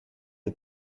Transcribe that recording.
het